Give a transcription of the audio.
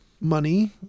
money